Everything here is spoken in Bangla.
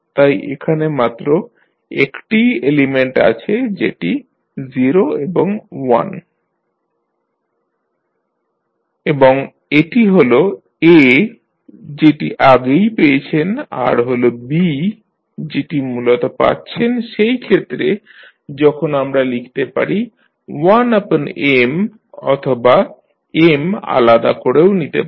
তাই এখানে মাত্র একটিই এলিমেন্ট আছে যেটি 0 এবং 1 এবং এটি হল A যেটি আগেই পেয়েছেন আর হল B যেটি মূলত পাচ্ছেন সেই ক্ষেত্রে যখন আমরা লিখতে পারি অথবা M আলাদা করেও নিতে পারেন